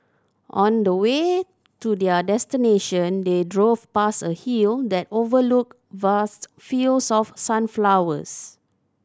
on the way to their destination they drove past a hill that overlooked vast fields of sunflowers